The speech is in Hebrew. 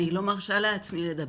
אני לא מרשה לעצמי לדבר.